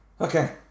Okay